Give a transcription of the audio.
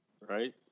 right